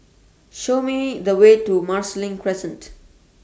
Show Me The Way to Marsiling Crescent